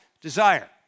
desire